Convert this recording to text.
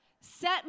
set